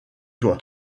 toi